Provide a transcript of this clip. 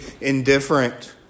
indifferent